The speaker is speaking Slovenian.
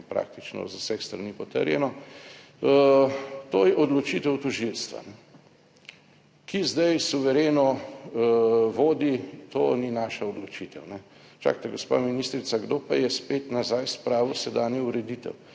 praktično z vseh strani potrjeno, to je odločitev tožilstva, ki zdaj suvereno vodi, to ni naša odločitev. Čakajte, gospa ministrica, kdo pa je spet nazaj spravil sedanjo ureditev?